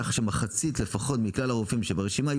כך שלפחות מחצית מכלל הרופאים שברשימה,